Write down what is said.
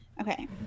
Okay